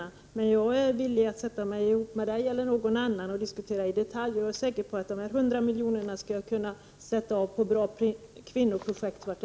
Jag är dock villig att sätta mig tillsammans med Kristina Svensson eller någon annan och diskutera detta i detalj. Jag är säker på att vartenda öre av dessa 100 miljoner skall kunna sättas av på bra kvinnoprojekt.